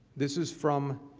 this is from,